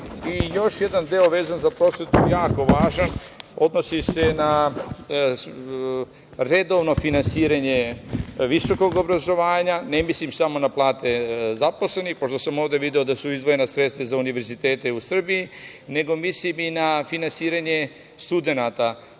jedan deo vezan za prosvetu je jako važan. Odnosi se na redovno finansiranje visokog obrazovanja, ne mislim samo na plate zaposlenih, pošto sam ovde video da su izdvojena sredstva za univerzitete u Srbiji, nego mislim i na finansiranje